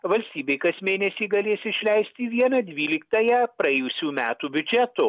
valstybė kas mėnesį galės išleisti vieną dvyliktąją praėjusių metų biudžeto